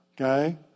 okay